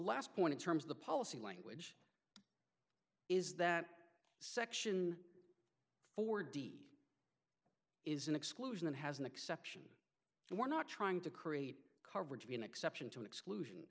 last point in terms of the policy language is that section four d is an exclusion and has an exception and we're not trying to create coverage be an exception to exclusion